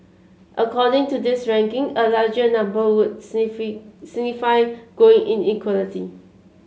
according to this ranking a larger number would signify growing inequality